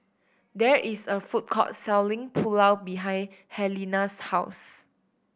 there is a food court selling Pulao behind Helena's house